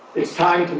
it's time